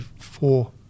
four